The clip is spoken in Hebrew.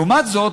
לעומת זאת,